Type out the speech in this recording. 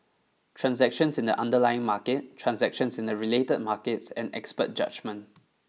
transactions in the underlying market transactions in the related markets and expert judgement